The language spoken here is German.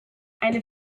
eine